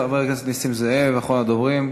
חבר הכנסת נסים זאב, אחרון הדוברים.